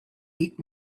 eight